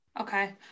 Okay